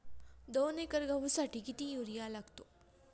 दोन एकर गहूसाठी किती युरिया लागतो?